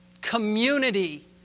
community